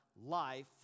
life